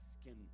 skin